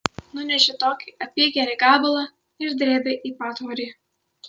nunešė tokį apygerį gabalą ir drėbė į patvorį